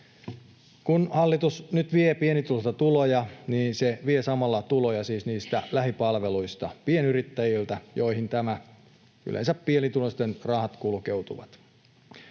Kun hallitus nyt vie pienituloisilta tuloja, se vie samalla tuloja siis niistä lähipalveluista, pienyrittäjiltä, joille nämä pienituloisten rahat yleensä kulkeutuvat.